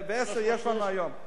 310 יש לנו היום.